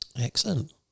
Excellent